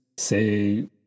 say